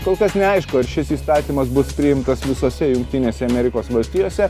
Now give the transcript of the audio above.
kol kas neaišku ar šis įstatymas bus priimtas visose jungtinėse amerikos valstijose